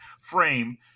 frame